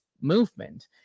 movement